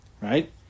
Right